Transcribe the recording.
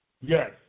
Yes